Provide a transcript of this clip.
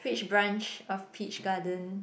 which branch of Peach Garden